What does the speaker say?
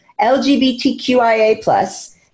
LGBTQIA+